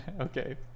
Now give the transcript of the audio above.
okay